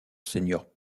senior